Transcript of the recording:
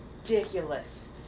ridiculous